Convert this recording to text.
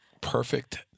perfect